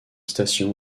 stations